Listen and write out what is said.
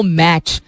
match